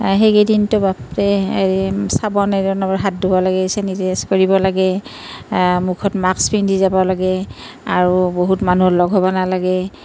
সেইকেইদিনটো বাপৰে চাবোনেৰে হাত ধুব লাগে ছেনিতাইজাৰ ইউজ কৰিব লাগে মুখত মাস্ক পিন্ধি যাব লাগে আৰু বহুত মানুহ লগ হ'ব নালাগে